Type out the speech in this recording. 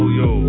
yo